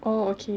oh okay